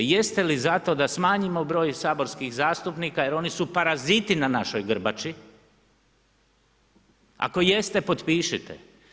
Jeste li zato da smanjimo broj saborskih zastupnika jer oni su paraziti na našoj grbači, ako jeste potpišite.